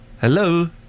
Hello